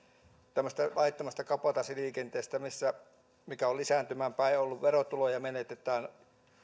tämmöisestä laittomasta kabotaasiliikenteestä mikä on lisääntymään päin ollut verotuloja menetetään